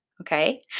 okay